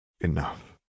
Enough